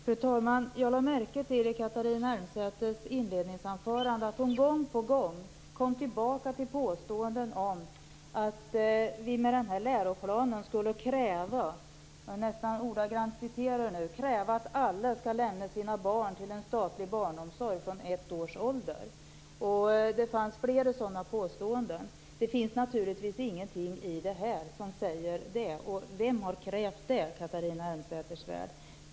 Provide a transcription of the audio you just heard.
Fru talman! Jag lade märke till en sak i Catharina Elmsäter-Svärds inledningsanförande. Gång på gång kom hon tillbaka till påståenden om att vi med den här läroplanen skulle kräva - och nu citerar jag nästan ordagrant - att alla skall lämna sina barn till statlig barnomsorg från ett års ålder. Det fanns flera sådana påståenden. Det finns naturligtvis ingenting i detta som säger något sådant. Vem har krävt det, Catharina Elmsäter Svärd?